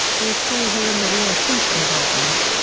all four were in the rear troop compartment.